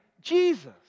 Jesus